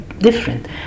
different